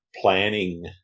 planning